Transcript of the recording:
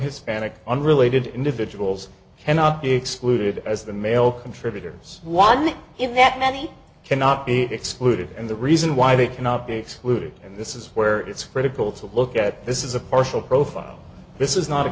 hispanic unrelated individuals cannot be excluded as the male contributors one in that many cannot be excluded and the reason why they cannot be excluded and this is where it's critical to look at this is a partial profile this is not a